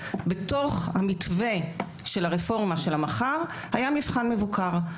היה שבתוך מתווה הרפורמה של המח"ר היה מבחן מבוקר.